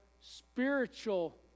spiritual